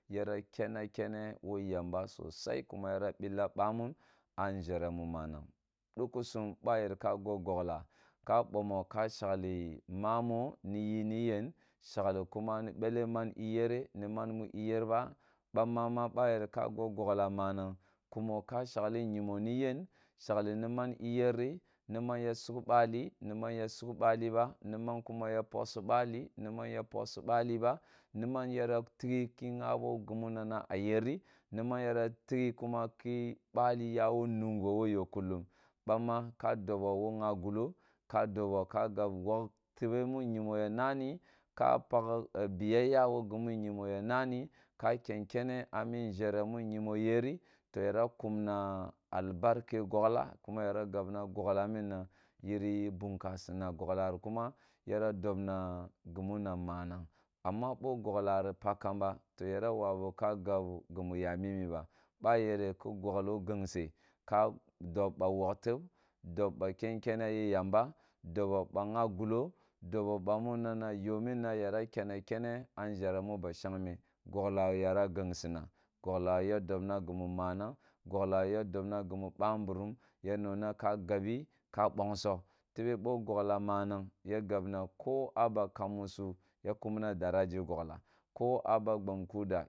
Yara kenna kene wo yamba sosai kuma yara nillaba mun a nʒhere mu manang dukusam ba yer ka gog gogla ka boomo ka shagli mama nuji ni yen shagli kuma bele man iyere ni man mur iyer ba bam na ba yer ka goggogla manang kuma ka shagli nyima ne yen shagli nunan iyeri niman ba ya sug bali ne man iyeri ne man ye sugbali, ne man ya sug bale ba ne man kuma ya posi bali neman ya posi baliba niman yara teghi ki ghabo gimuwa a yerri ni man yara tighe ki bali yawo nungi wo yo kullum bagmma ka dobo wo gha gullo ka dobo ka gab wog tebe mu anyoma ya nani ka pakh a biyaya wo gimo nyimo ya nani ka ken kene a mi nʒhere mu nyimo yerri to yara kumna albarka gogla kuma yara gobna gogla mimma yeri bemkasina gogla ri kuma yara dobna gimu na manang amma bo gogla ri pakh kamba to yara wabi ka gab gimu ya mimi ba ba yere ku gogla gengse ka dobba wogh tob, dob ba ken kene ye yamba dobo ba gha gullo dobo bamu na yomi na yara kenna kene a nʒhere mu ba shangme gogla yara gengsina gogla ya dobna gimu manag gogla ya dobna gunu bamburum ya nongna ka gabu ka bongso tebe bo gogla manang ya gab na ke a ba kam musu ya kumna daraja gogla ko aba gbom kuda